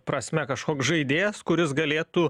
prasme kažkoks žaidėjas kuris galėtų